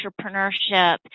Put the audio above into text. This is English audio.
entrepreneurship